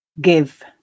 Give